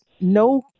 no